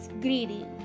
greedy